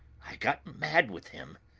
i got mad with him.